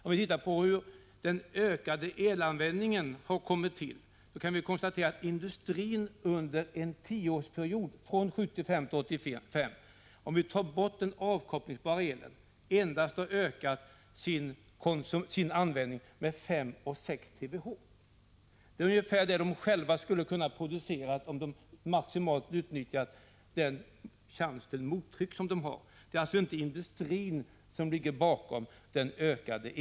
Om vi tittar på hur den ökade elanvändningen har kommit till kan vi konstatera att industrin under en tioårsperiod, från 1975 till 1985, om vi räknar bort den avkopplingsbara elen, endast har ökat sin användning med 5-6 TWh. Det är ungefär vad de själva skulle ha kunnat producera om de 12 maj 1986 Det är alltså inte industrin som nämnvärt bidragit till den ökade ms oe.